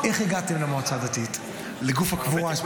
איך הגעתם למועצה הדתית, לגוף הקבורה?